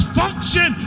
function